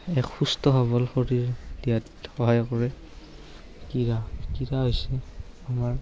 এক সুস্থ সৱল শৰীৰ দিয়াত সহায় কৰে ক্ৰীড়া ক্ৰীড়া হৈছে আমাৰ